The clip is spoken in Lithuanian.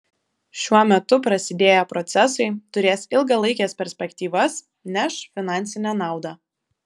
šiuo metu prasidėję procesai turės ilgalaikes perspektyvas neš finansinę naudą